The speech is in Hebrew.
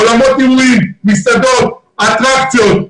אולמות אירועים, מסעדות, אטרקציות,